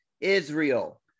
Israel